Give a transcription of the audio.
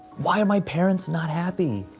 why are my parents not happy?